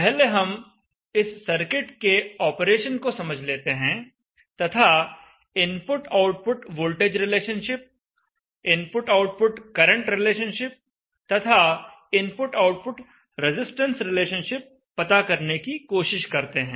पहले हम इस सर्किट के ऑपरेशन को समझ लेते हैं तथा input output voltage relationship input output current relationship तथा इनपुट आउटपुट रेजिस्टेंस रिलेशनशिप पता करने की कोशिश करते हैं